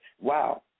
Wow